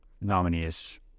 nominees